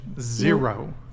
Zero